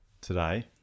today